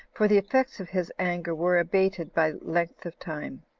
for the effects of his anger were abated by length of time.